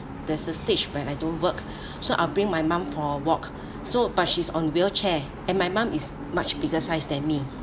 there's a stage when I don't work so I bring my mum for walk so but she's on wheelchair and my mum is much bigger size than me